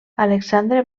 alexandre